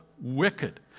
wicked